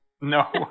No